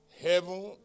Heaven